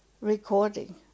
recording